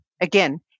Again